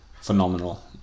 phenomenal